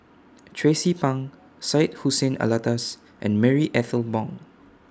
Tracie Pang Syed Hussein Alatas and Marie Ethel Bong